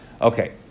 Okay